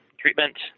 treatment